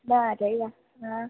जाना चाहिदा